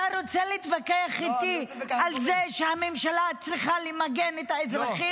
אתה רוצה להתווכח איתי על זה שהממשלה צריכה למגן את האזרחים?